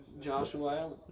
Joshua